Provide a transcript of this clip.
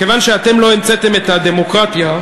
כיוון שאתם לא המצאתם את הדמוקרטיה,